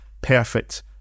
perfect